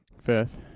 fifth